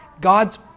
God's